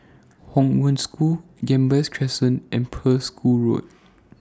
Hong Wen School Gambas Crescent and Pearl's Hill Road